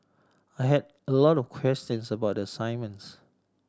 I had a lot of questions about the assignments